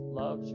love